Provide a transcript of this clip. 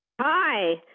Hi